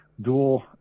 dual